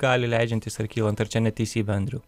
gali leidžiantis ar kylant ar čia neteisybė andriau